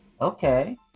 okay